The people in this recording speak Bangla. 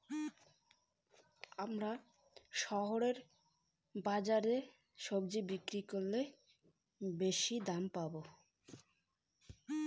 আমরা ফসল লোকাল বাজার না শহরের বাজারে বেশি দামে বিক্রি করতে পারবো?